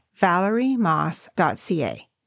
ValerieMoss.ca